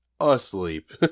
asleep